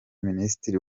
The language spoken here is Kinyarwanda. minisitiri